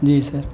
جی سر